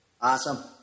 Awesome